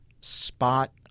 spot